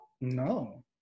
No